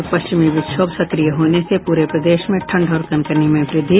और पश्चिमी विक्षोभ सक्रिय होने से पूरे प्रदेश में ठंड और कनकनी में वृद्धि